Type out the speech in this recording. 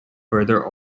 further